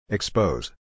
Expose